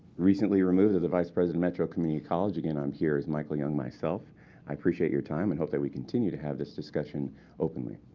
recently removed as the vice president of metro community college again, i'm here as michael young myself i appreciate your time, and hope that we continue to have this discussion openly.